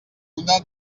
una